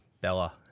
Bella